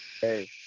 hey